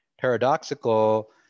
paradoxical